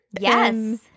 Yes